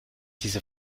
diese